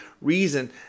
reason